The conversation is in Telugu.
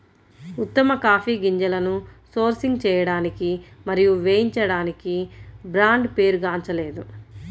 ఉత్తమ కాఫీ గింజలను సోర్సింగ్ చేయడానికి మరియు వేయించడానికి బ్రాండ్ పేరుగాంచలేదు